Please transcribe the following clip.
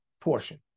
portion